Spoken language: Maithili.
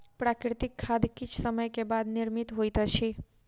प्राकृतिक खाद किछ समय के बाद निर्मित होइत अछि